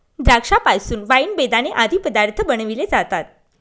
द्राक्षा पासून वाईन, बेदाणे आदी पदार्थ बनविले जातात